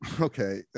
okay